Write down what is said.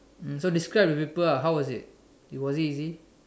mm so describe the paper ah how was it was it easy